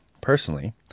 personally